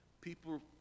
people